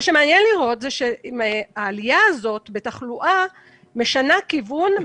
מה שמעניין לראות הוא שהעלייה הזאת בתחלואה משנה כיוון,